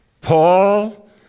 Paul